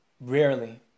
rarely